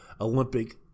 Olympic